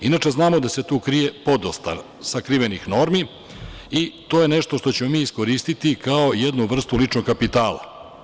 Inače, znamo da se tu krije po dosta sakrivenih normi i to je nešto što ćemo mi iskoristiti kao jednu vrstu ličnog kapitala.